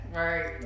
right